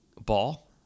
Ball